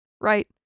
right